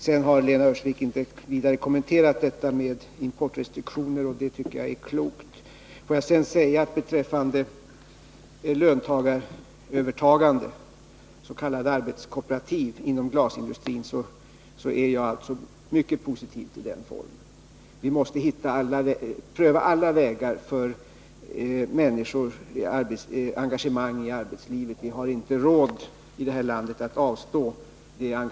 Sedan har Lena Öhrsvik inte vidare kommenterat detta med importrestriktioner, och det tycker jag är klokt. Jag är mycket positiv till löntagarövertagande, s.k. arbetskooperativ, inom glasindustrin. Vi måste pröva alla vägar för människors engagemang i arbetslivet — vi har i vårt land inte råd att avstå därifrån.